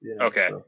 okay